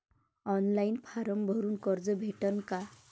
Online form भरून कर्ज भेटन का?